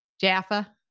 jaffa